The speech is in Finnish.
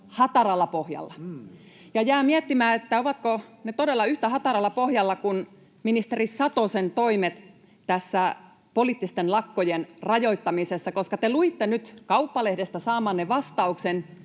hataralla pohjalla. Jää miettimään, ovatko ne todella yhtä hataralla pohjalla kuin ministeri Satosen toimet tässä poliittisten lakkojen rajoittamisessa, koska te luitte nyt Kauppalehdestä saamanne vastauksen,